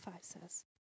says